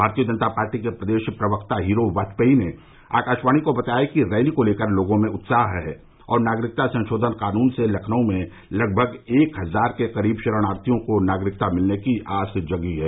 भारतीय जनता पार्टी के प्रदेश प्रवक्ता हीरो वाजपेई ने आकाशवाणी को बताया कि रैली को लेकर लोगों में उत्साह है और नागरिकता संशोधन कानून से लखनऊ में लगभग एक हजार के करीब शरणार्थियों को नागरिकता मिलने की आस जगी है